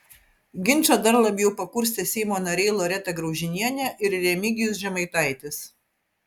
ginčą dar labiau pakurstė seimo nariai loreta graužinienė ir remigijus žemaitaitis